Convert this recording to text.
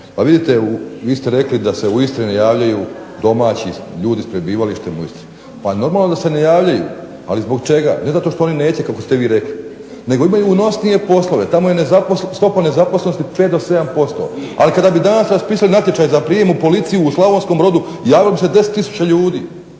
pa vidite vi ste rekli da se u Istri ne javljaju domaći ljudi s prebivalištem u Istri. Pa normalno da se ne javljaju, ali zbog čega? Ne zato što oni neće kako ste vi rekli nego imaju unosnije poslove. Tamo je stopa nezaposlenosti 5 do 7%, ali kada bi danas raspisali natječaj za prijem u policiji u Slavonskom Brodu javilo bi se 10 tisuća ljudi.